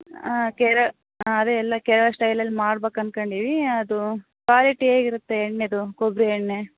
ಹಾಂ ಕೇರ ಹಾಂ ಅದೇ ಎಲ್ಲ ಕೇರಳ ಸ್ಟೈಲಲ್ಲಿ ಮಾಡ್ಬೇಕಂದ್ಕಂಡಿದ್ದೀವಿ ಅದು ಕ್ವಾಲಿಟಿ ಹೇಗಿರುತ್ತೆ ಎಣ್ಣೆಯದು ಕೊಬ್ಬರಿ ಎಣ್ಣೆ